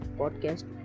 podcast